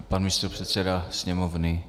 Pan místopředseda Sněmovny.